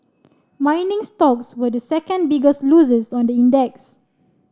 mining stocks were the second biggest losers on the index